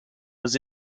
was